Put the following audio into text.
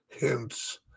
Hence